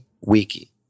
wiki